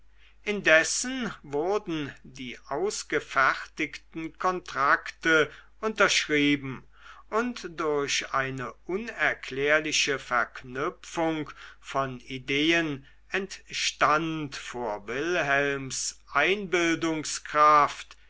indessen wurden die ausgefertigten kontrakte unterschrieben und durch eine unerklärliche verknüpfung von ideen entstand vor wilhelms